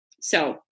So-